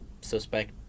suspect